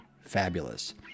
fabulous